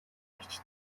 эгч